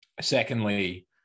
secondly